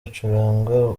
acuranga